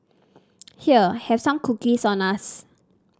here have some cookies on us